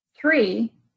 Three